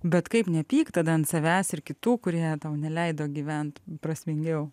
bet kaip nepykt tada ant savęs ir kitų kurie tau neleido gyvent prasmingiau